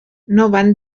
van